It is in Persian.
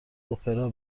اپرا